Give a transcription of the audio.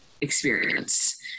experience